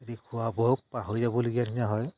সিহঁতি খোৱা বোৱাও পাহৰি যাবলগীয়া নিচিনা হয়